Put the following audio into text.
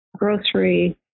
grocery